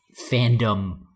fandom